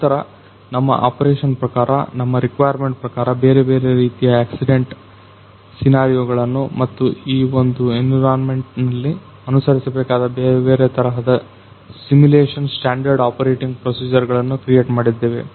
ನಂತರ ನಮ್ಮ ಆಪರೇಷನ್ ಪ್ರಕಾರ ನಮ್ಮ ರಿಕ್ವಾರ್ಮೆಂಟ್ ಪ್ರಕಾರ ಬೇರೆ ಬೇರೆ ರೀತಿಯ ಆಕ್ಸಿಡೆಂಟ್ ಸೀನಾರಿಯೋ ಗಳನ್ನು ಮತ್ತು ಈ ಒಂದು ಎನ್ವಿರಾನ್ಮೆಂಟ್ ನಲ್ಲಿ ಅನುಸರಿಸಬೇಕಾದ ಬೇರೆ ಬೇರೆ ತರಹದ ಸಿಮಿಲೇಶನ್ ಸ್ಟ್ಯಾಂಡರ್ಡ್ ಆಪರೇಟಿಂಗ್ ಪ್ರೊಸೀಜರ್ ಗಳನ್ನು ಕ್ರಿಯೇಟ್ ಮಾಡಿದ್ದೇವೆ